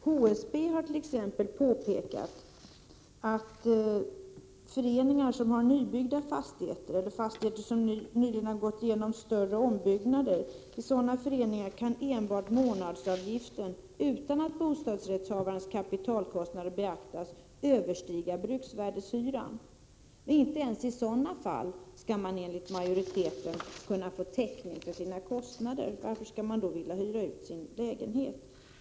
HSB har t.ex. påpekat att i föreningar med nybyggda fastigheter eller fastigheter som nyligen gått igenom större ombyggnader, kan enbart månadsavgiften — utan att bostadsrättshavarens kapitalkostnader beaktas — överstiga bruksvärdeshyran. Men inte ens i sådana fall skall man enligt majoriteten kunna få täckning för sina kostnader. Varför skall man då vilja hyra ut sin lägenhet?